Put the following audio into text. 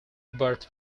birth